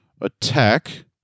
Attack